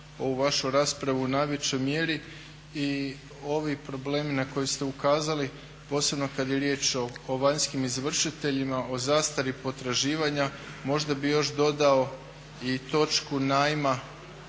vašu raspravu u najvećoj mjeri i ovi problemi na koje ste ukazali posebno kad je riječ o vanjskim izvršiteljima, o zastari potraživanja, možda bi još dodao i točku najma